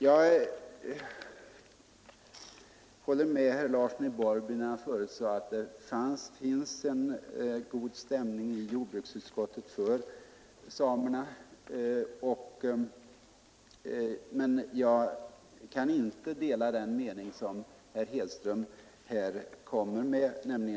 Jag håller med herr Larsson i Borrby när han säger att det finns en god stämning inom jordbruksutskottet för samerna, men jag kan inte dela den mening som herr Hedström här ger till känna.